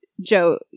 Joe